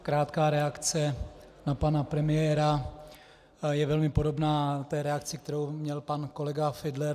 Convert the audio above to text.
Krátká reakce na pana premiéra, je velmi podobná té reakci, kterou měl pan kolega Fiedler.